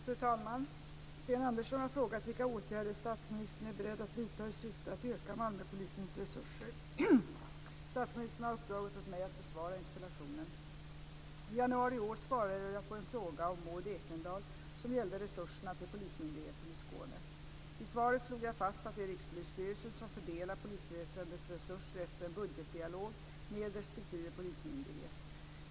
Fru talman! Sten Andersson har frågat vilka åtgärder statsministern är beredd att vidta i syfte att öka Statsministern har uppdragit åt mig att besvara interpellationen. I januari i år svarade jag på en fråga av Maud Ekendahl som gällde resurserna till Polismyndigheten i Skåne. I svaret slog jag fast att det är Rikspolisstyrelsen som fördelar polisväsendets resurser efter en budgetdialog med respektive polismyndighet.